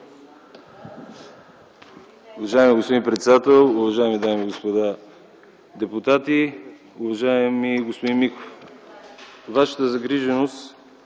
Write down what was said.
Уважаеми господин председател, уважаеми дами и господа депутати! Уважаеми господин Миков, Вашата загриженост